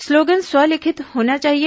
slogan स्व लिखित होना चाहिए